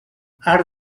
arc